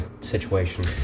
situation